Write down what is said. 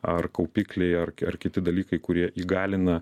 ar kaupikliai ar ar kiti dalykai kurie įgalina